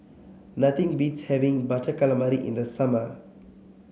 nothing beats having Butter Calamari in the summer